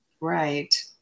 Right